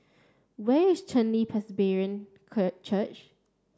where is Chen Li Presbyterian Church